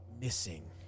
missing